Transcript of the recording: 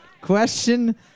Question